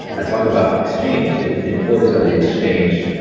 i talk about exchange, the the importance of the exchange.